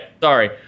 sorry